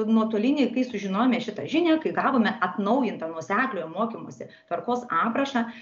nuotolinį kai sužinome šitą žinią kai gavome atnaujintą nuosekliojo mokymosi tvarkos aprašą